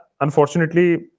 unfortunately